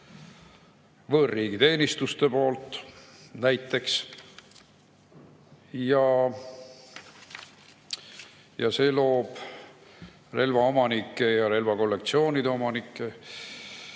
võõrriigi teenistuste poolt. See loob relvaomanike ja relvakollektsioonide omanike